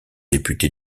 député